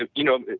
and you know,